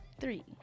three